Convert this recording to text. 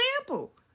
example